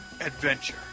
adventure